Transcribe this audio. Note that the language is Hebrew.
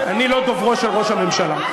אני לא דוברו של ראש הממשלה.